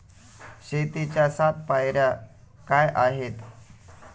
शेतीच्या सात पायऱ्या काय आहेत?